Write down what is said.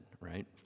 right